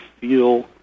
feel